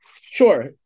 Sure